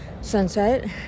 sunset